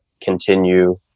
continue